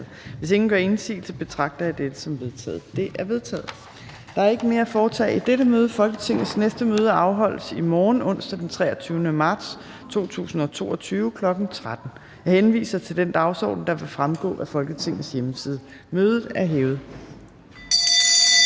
--- Kl. 17:59 Meddelelser fra formanden Tredje næstformand (Trine Torp): Der er ikke mere at foretage i dette møde. Folketingets næste møde afholdes i morgen, onsdag den 23. marts 2022, kl. 13.00. Jeg henviser til den dagsorden, der vil fremgå af Folketingets hjemmeside. Mødet er hævet.